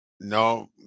no